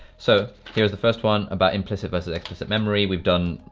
so, here's the first one about implicit versus explicit memory. we've done,